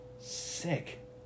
Sick